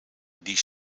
die